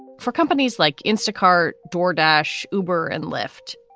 for companies like instacart, door, dash, uber and lyft,